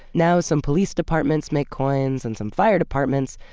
now some police departments make coins and some fire departments.